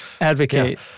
Advocate